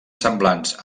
semblants